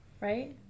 Right